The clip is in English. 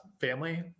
family